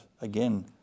again